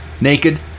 naked